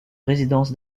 résidence